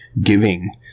giving